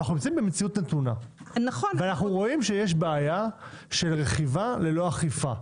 אנחנו נמצאים במציאות נתונה ורואים שיש בעיה של רכיבה ללא אכיפה.